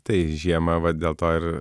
tai žiemą va dėl to ir